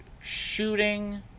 shooting